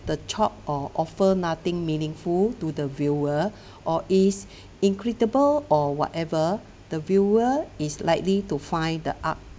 the thought or offer nothing meaningful to the viewer or is incredible or whatever the viewer is likely to find the art